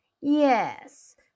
Yes